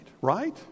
right